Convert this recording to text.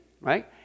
right